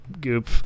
goop